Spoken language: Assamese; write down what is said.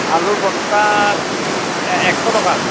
আলুৰ বস্তাত এশ টকা